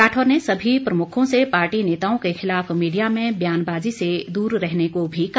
राठौर ने सभी प्रमुखों से पार्टी नेताओं के खिलाफ मीडिया में ब्यानबाजी से दूर रहने को भी कहा